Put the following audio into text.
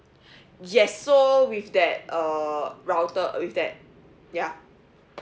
yes so with that err router with that ya